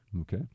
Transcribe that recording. okay